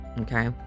Okay